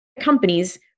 companies